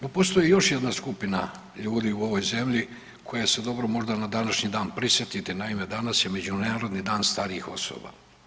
No, postoji još jedna skupina ljudi u ovoj zemlji koje se dobro možda na današnji dan prisjetiti danas je Međunarodni dan starijih osoba.